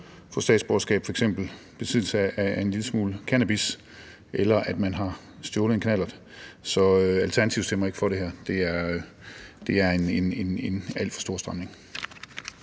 få statsborgerskab, f.eks. besiddelse af en lille smule cannabis, eller at man har stjålet en knallert. Så Alternativet stemmer ikke for det her. Det er en alt for stor stramning.